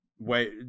wait